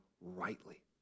rightly